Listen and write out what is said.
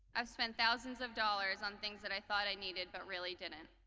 i've spent thousands of dollars on things that i thought i needed but really didn't.